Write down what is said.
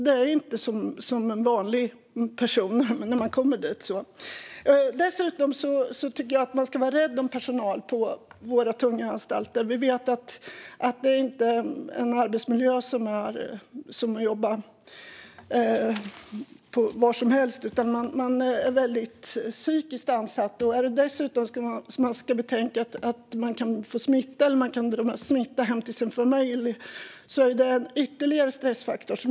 Det är inte som när en vanlig person kommer dit. Dessutom tycker jag att man ska vara rädd om personalen på våra tunga anstalter. Vi vet att arbetsmiljön där inte är som var som helst, utan man är väldigt ansatt psykiskt. Vi ska dessutom betänka att man kan bli smittad och dra med sig smitta hem till sin familj, vilket är ytterligare en stressfaktor.